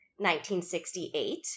1968